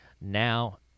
now